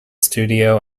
studio